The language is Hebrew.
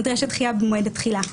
נדרשת דחייה במועד התחילה.